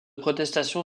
protestation